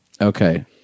Okay